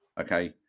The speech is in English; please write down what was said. okay